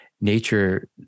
nature